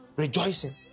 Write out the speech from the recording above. Rejoicing